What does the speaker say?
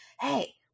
hey